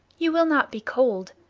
you will not be cold.